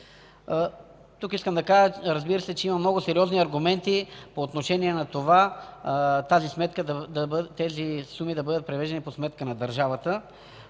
Тук искам да кажа, че има много сериозни аргументи по отношение на това, тези суми да бъдат превеждани по сметка на държавата.